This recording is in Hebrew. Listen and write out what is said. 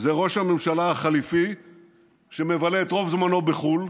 זה ראש הממשלה החליפי שמבלה את רוב זמנו בחו"ל.